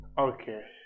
Okay